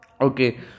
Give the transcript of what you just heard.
okay